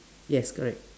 yes correct